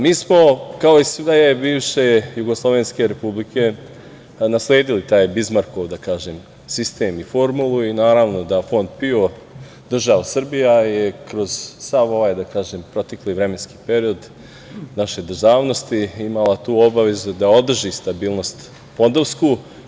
Mi smo kao i sve bivše jugoslovenske republike nasledili taj Bizmarkov, da kažem, sistem i formulu pa naravno i Fond PIO i država Srbija je kroz sav ovaj protekli vremenski period naše državnosti imala tu obavezu da održi stabilnost fondovsku.